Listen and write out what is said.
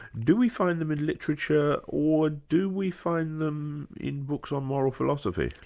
do we find them in literature, or do we find them in books on moral philosophy?